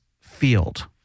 field